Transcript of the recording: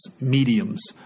mediums